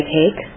take